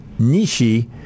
Nishi